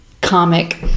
comic